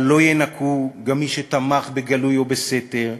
אבל לא יינקו גם מי שתמך בגלוי או בסתר,